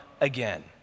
again